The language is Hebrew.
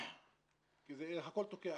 כי זה הכול תוקע.